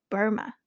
Burma 。